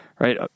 Right